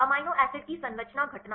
amino acid की संरचना घटना